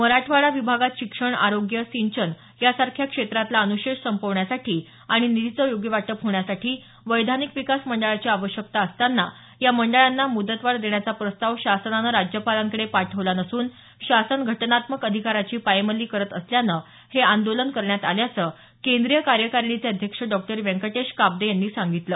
मराठवाडा विभागात शिक्षण आरोग्य सिंचन यासारख्या क्षेत्रातला अनुशेष संपवण्यासाठी आणि निधीचं योग्य वाटप होण्यासाठी वैधानिक विकास मंडळाची आवश्यकता असताना या मंडळांना मुदतवाढ देण्याचा प्रस्ताव शासनानं राज्यपालांकडे पाठवला नसून शासन घटनात्मक अधिकाराची पायमल्ली करत असल्यानं हे आंदोलन करण्यात आल्यांचं केंद्रीय कार्यकारिणीचे अध्यक्ष डॉक्टर व्यंकटेश काब्दे यांनी सांगितलं